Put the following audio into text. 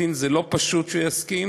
ולא פשוט שהוא יסכים.